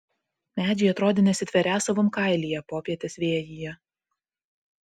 medžiai atrodė nesitverią savam kailyje popietės vėjyje